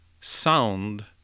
sound